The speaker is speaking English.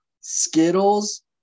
Skittles